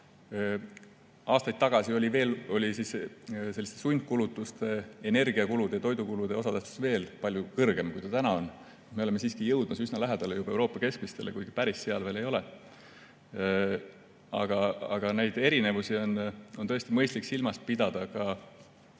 Aastaid tagasi oli selliste sundkulutuste, energiakulude ja toidukulude osatähtsus veel palju suurem, kui ta täna on. Me oleme siiski jõudnud üsna lähedale juba euroala keskmisele, kuigi päris seal veel ei ole. Aga neid erinevusi on tõesti mõistlik silmas pidada ka